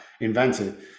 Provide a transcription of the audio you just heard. invented